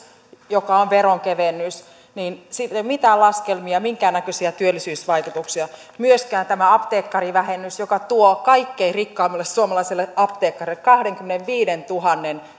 joka on veronkevennys ei ole mitään laskelmia minkäännäköisiä työllisyysvaikutuksia myöskään tämä apteekkarivähennys joka tuo kaikkein rikkaimmille suomalaisille apteekkareille kahdenkymmenenviidentuhannen